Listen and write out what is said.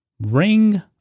Ring